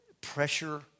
pressure